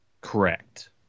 Correct